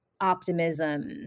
optimism